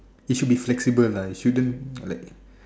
it should be flexible lah it shouldn't like